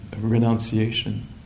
renunciation